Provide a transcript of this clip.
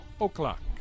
o'clock